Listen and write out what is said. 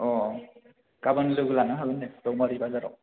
गाबोन लोगो लानो हागोन दे रौमारि बाजाराव